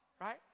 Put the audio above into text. right